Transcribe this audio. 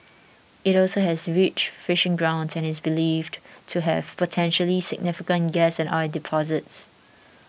it also has rich fishing grounds and is believed to have potentially significant gas and oil deposits